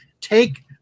take